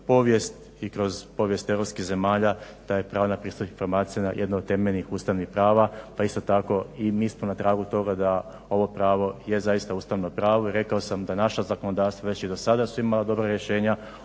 povijest i kroz povijest europskih zemalja, da je pravo na pristup informacija jedno od temeljnih ustavnih prava pa isto tako i mi smo na pragu toga da ovo pravo je zaista ustavno pravo i rekao sam da naša zakonodavstva već sada su imala dobra rješenja,